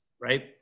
right